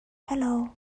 hello